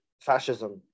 fascism